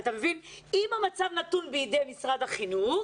אם המצב נתון בידי משרד החינוך